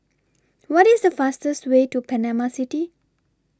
What IS The fastest Way to Panama City